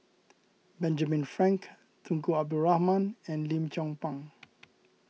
Benjamin Frank Tunku Abdul Rahman and Lim Chong Pang